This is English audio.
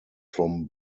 from